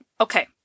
okay